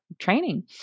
training